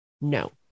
No